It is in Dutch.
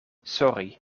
sorry